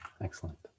excellent